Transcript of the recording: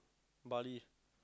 Bali